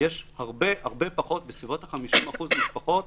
יש הרבה הרבה פחות בסביבות ה-50% משפחות